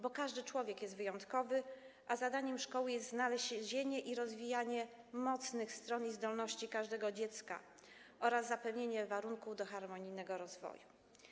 Bo każdy człowiek jest wyjątkowy, a zadaniem szkoły jest znalezienie i rozwijanie mocnych stron i zdolności każdego dziecka oraz zapewnienie warunków do harmonijnego rozwoju.